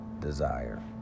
desire